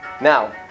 Now